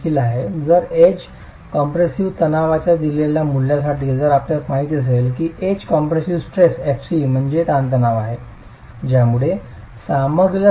तर age compressive तणावाच्या दिलेल्या मूल्यासाठी जर आपल्याला माहित असेल की एज कॉम्पेशिव्ह स्ट्रेस fc म्हणजे ताणतणाव आहे ज्यामुळे सामग्रीला जाणवत नाही